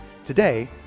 Today